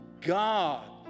God